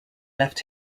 left